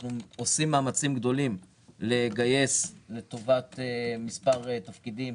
אנחנו עושים מאמץ גדול לגייס אוכלוסייה לא יהודית לטובת מספר תפקידים.